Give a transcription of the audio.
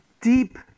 deep